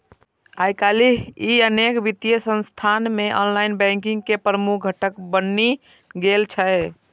आइकाल्हि ई अनेक वित्तीय संस्थान मे ऑनलाइन बैंकिंग के प्रमुख घटक बनि गेल छै